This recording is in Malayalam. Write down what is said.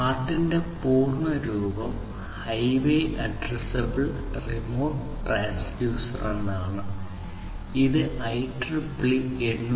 HART ന്റെ പൂർണ്ണ രൂപം ഹൈവേ അഡ്രസ്സബിൾ റിമോട്ട് ട്രാൻസ്ഡ്യൂസറാണ് ഇത് IEEE 802